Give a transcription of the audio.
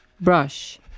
brush